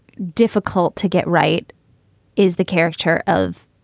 difficult to get right is the caricature of,